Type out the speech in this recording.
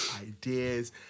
ideas